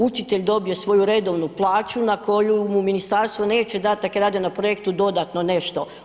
Učitelj dobije svoju redovnu plaću na koju mu ministarstvo neće dati ako je radio na projektu dodatno nešto.